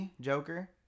Joker